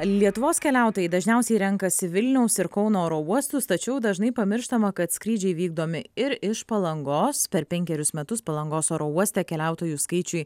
lietuvos keliautojai dažniausiai renkasi vilniaus ir kauno oro uostus tačiau dažnai pamirštama kad skrydžiai vykdomi ir iš palangos per penkerius metus palangos oro uoste keliautojų skaičiui